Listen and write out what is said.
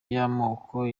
y’amoko